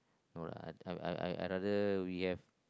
no lah I I I I rather we have